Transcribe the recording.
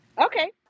Okay